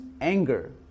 anger